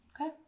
Okay